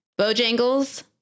bojangles